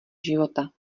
života